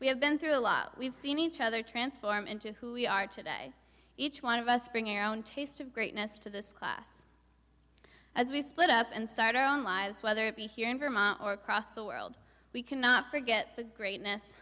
we have been through a lot we've seen each other transform into who we are today each one of us bringing our own taste of greatness to this class as we split up and start our own lives whether it be here in vermont or across the world we cannot forget the greatness